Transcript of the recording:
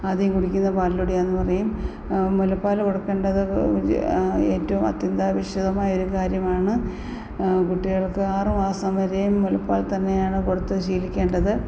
ആദ്യം കുടിക്കുന്ന പാലിലൂടെയാണെന്ന് പറയും മുലപ്പാല് കൊടുക്കണ്ടത് ഏറ്റവും അത്യന്താപേക്ഷിതമായൊരു കാര്യമാണ് കുട്ടികൾക്ക് ആറ് മാസം വരേയും മുലപ്പാൽ തന്നെയാണ് കൊടുത്ത് ശീലിക്കേണ്ടത്